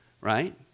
right